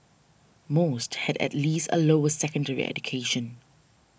most had at least a lower secondary education